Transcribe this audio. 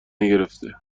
نگرفته